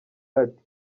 ati